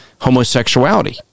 homosexuality